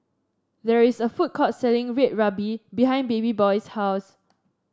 there is a food court selling Red Ruby behind Babyboy's house